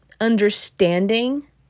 understanding